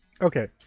okay